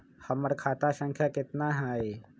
हमर खाता संख्या केतना हई?